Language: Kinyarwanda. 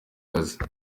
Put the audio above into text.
kazi